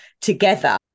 together